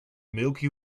milky